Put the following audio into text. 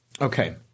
Okay